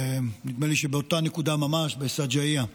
נדמה לי שבאותה נקודה ממש, בשג'אעיה.